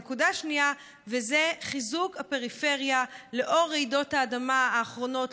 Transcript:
נקודה שנייה זה חיזוק הפריפריה לאור רעידות האדמה האחרונות,